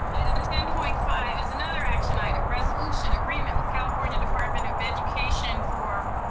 um item ten point five is another action item, resolution agreement with california department of education for,